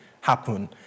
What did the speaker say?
happen